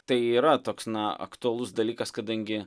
tai yra toks na aktualus dalykas kadangi